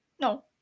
No